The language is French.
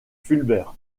fulbert